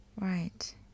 right